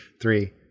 three